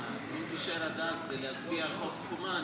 אם תישאר עד אז כדי להצביע על חוק תקומה,